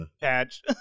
patch